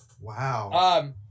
Wow